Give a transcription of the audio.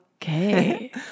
Okay